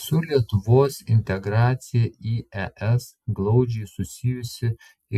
su lietuvos integracija į es glaudžiai susijusi